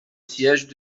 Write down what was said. siège